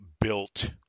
built